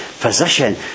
position